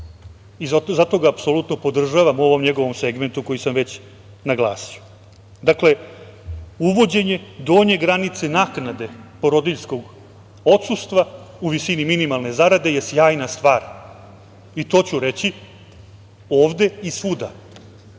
Zato ga apsolutno podržavam u ovom njegovom segmentu koji sam već naglasio. Dakle, uvođenje donje granice naknade porodiljskog odsustvo u visini minimalne zarade je sjajna stvar. I to ću reći ovde i svuda.